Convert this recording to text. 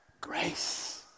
grace